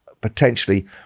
potentially